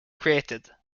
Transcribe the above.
created